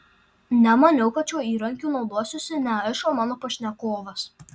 nemaniau kad šiuo įrankiu naudosiuosi ne aš o mano pašnekovas